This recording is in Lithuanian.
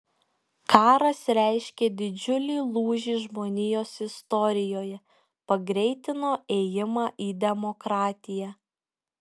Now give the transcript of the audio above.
karas reiškė didžiulį lūžį žmonijos istorijoje pagreitino ėjimą į demokratiją